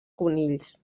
conills